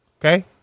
okay